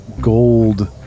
gold